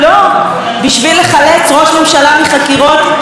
בשביל לחלץ ראש ממשלה מחקירות שחיתות,